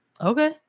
Okay